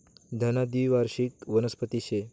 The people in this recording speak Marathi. धना द्वीवार्षिक वनस्पती शे